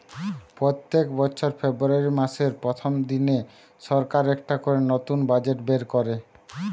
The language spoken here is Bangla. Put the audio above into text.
পোত্তেক বছর ফেব্রুয়ারী মাসের প্রথম দিনে সরকার একটা করে নতুন বাজেট বের কোরে